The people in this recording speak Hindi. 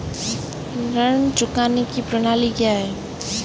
ऋण चुकाने की प्रणाली क्या है?